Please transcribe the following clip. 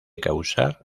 causar